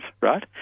right